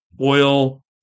Oil